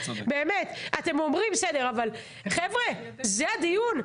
אבל חבר'ה, זה הדיון,